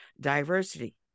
diversity